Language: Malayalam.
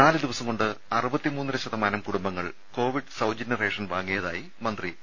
നാലുദിവസംകൊണ്ട് അറുപത്തി മൂന്നര ശതമാനം കുടുംബങ്ങൾ കോവിഡ് സൌജന്യ റേഷൻ വാങ്ങിയതായി മന്ത്രി പി